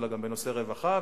אלא גם בנושאי רווחה,